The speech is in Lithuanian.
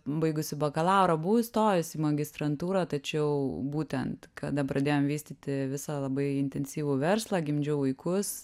baigusi bakalaurą buvau įstojus į magistrantūrą tačiau būtent kada pradėjom vystyti visą labai intensyvų verslą gimdžiau vaikus